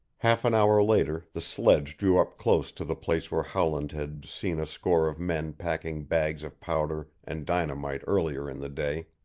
half an hour later the sledge drew up close to the place where howland had seen a score of men packing bags of powder and dynamite earlier in the day.